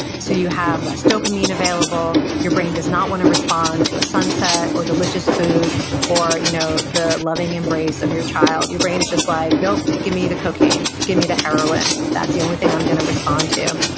so you have less dopamine available, your brain does not want to respond to a sunset or delicious food or you know the loving embrace of your child. your brain is just like, nope, give me the cocaine, give me the heroin. that's the only thing i'm going to respond to.